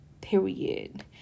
period